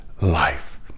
life